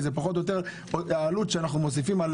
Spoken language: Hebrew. כי זה פחות או יותר העלות שאנחנו מוסיפים על